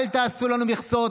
אל תעשו לנו מכסות.